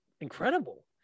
incredible